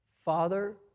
father